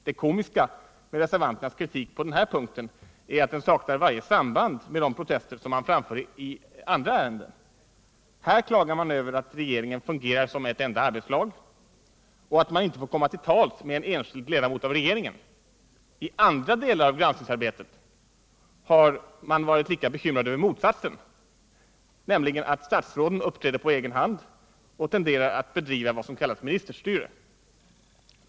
Det komiska med reservanternas kritik på den här punkten är att den saknar varje samband med de protester som man framför i andra ärenden. Här klagar man över att regeringen fungerar som ett enda arbetslag och att man inte kan få komma till tals med en enskild ledamot av regeringen. I andra delar av granskningsarbetet har man varit lika bekymrad över motsatsen, dvs. att statsråden uppträder på egen hand och tenderar att bedriva vad som kallas ”ministerstyre”.